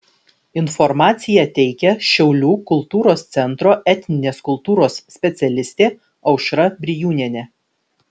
informaciją teikia šiaulių kultūros centro etninės kultūros specialistė aušra brijūnienė